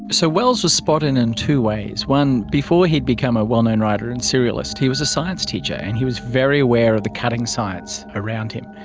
so wells was spot-on in two ways. before he had become a well-known writer and serialist he was a science teacher and he was very aware of the cutting science around him.